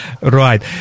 Right